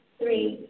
three